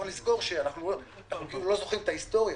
אנחנו כאילו לא זוכרים את ההיסטוריה.